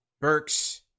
Burks